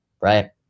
right